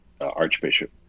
Archbishop